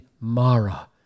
Mara